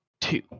two